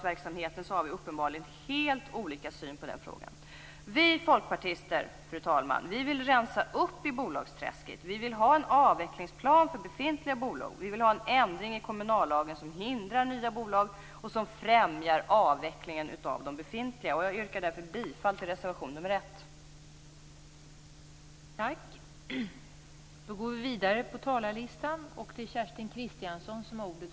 Vi har uppenbarligen helt olika syn på bolagsverksamheten. Fru talman! Vi folkpartister vill rensa upp i bolagsträsket. Vi vill ha en avvecklingsplan för befintliga bolag. Vi vill ha en ändring i kommunallagen som gör att nya bolag hindras och att avvecklingen av befintliga bolag främjas. Jag yrkar därför bifall till reservation nr 1.